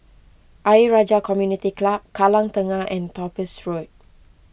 Ayer Rajah Community Club Kallang Tengah and Topaz Road